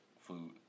food